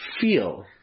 feel